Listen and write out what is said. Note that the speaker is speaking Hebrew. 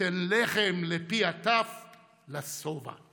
תן לחם לפי הטף לשובע.